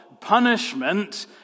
punishment